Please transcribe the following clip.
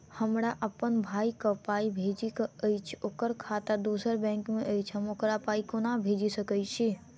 हमरा अप्पन भाई कऽ पाई भेजि कऽ अछि, ओकर खाता दोसर बैंक मे अछि, हम ओकरा पाई कोना भेजि सकय छी?